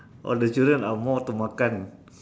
all the children are more to makan